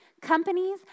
Companies